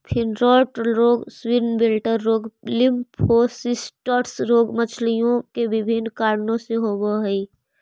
fin rot रोग, swim bladder रोग, lymphocystis रोग मछलियों में विभिन्न कारणों से होवअ हई